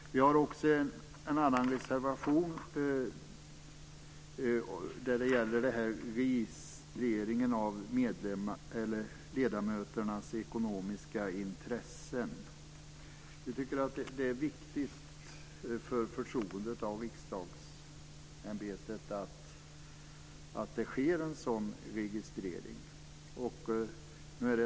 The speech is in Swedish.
Vi har också avgivit en annan reservation, som avser registreringen av ledamöternas ekonomiska intressen. Vi tycker att det är viktigt för förtroendet för riksdagsämbetet att det sker en sådan registrering.